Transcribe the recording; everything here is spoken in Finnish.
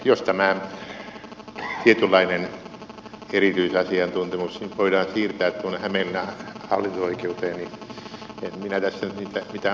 jos tämä tietynlainen erityisasiantuntemus nyt voidaan siirtää tuonne hämeenlinnan hallinto oikeuteen niin en minä tässä nyt mitään ongelmia niin kauheasti näkisi